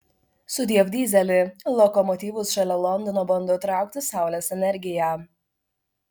sudiev dyzeli lokomotyvus šalia londono bando traukti saulės energija